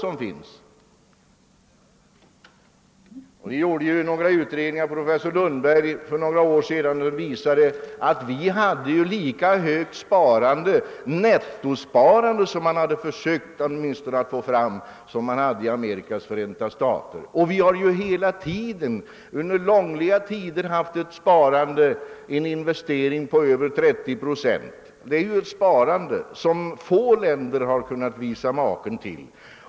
Professor Lundberg gjorde för några år sedan ett par utredningar som visade att vi hade lika högt nettosparande som Amerikas förenta stater. Vi har under långliga tider haft ett sparande och en investeringsverksamhet på över 30 procent av nationalinkomsten. Det är ett sparande som få länder kan visa maken till.